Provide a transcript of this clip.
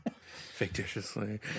Fictitiously